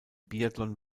biathlon